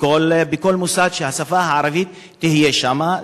בכל מוסד, שהשפה הערבית תהיה שם.